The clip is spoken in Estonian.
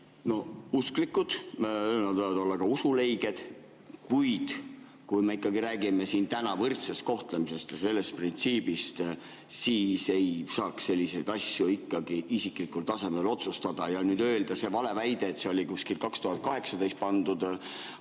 usklikud, nad võivad olla ka usuleiged, kuid kui me räägime võrdsest kohtlemisest ja sellest printsiibist, siis ei saaks selliseid asju ikkagi isiklikul tasemel otsustada. See vale väide, et see oli kuskil 2018 pandud,